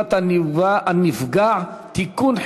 לסביבת הנפגע (תיקון,